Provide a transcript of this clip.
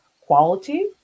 quality